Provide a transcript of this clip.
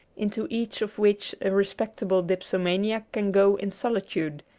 into each of which a respectable dipso maniac can go in solitude,